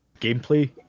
gameplay